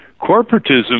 Corporatism